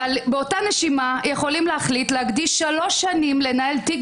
אבל באותה נשימה יכולים להחליט להקדיש שלוש שנים לנהל תיק